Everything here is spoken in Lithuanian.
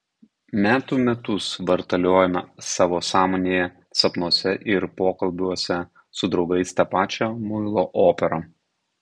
metų metus vartaliojame savo sąmonėje sapnuose ir pokalbiuose su draugais tą pačią muilo operą